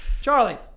Charlie